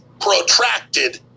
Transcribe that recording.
protracted